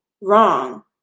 wrong